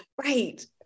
right